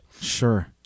Sure